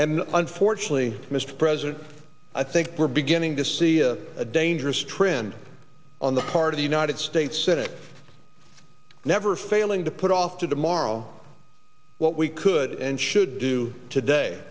and unfortunately mr president i think we're beginning to see a a dangerous trend on the part of the united states senate never failing to put off to morrow what we could and should do today